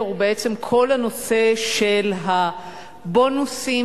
6019 בנושא: בונוסים